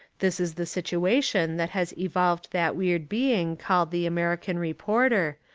this is the situation that has evolved that weird being called the american reporter,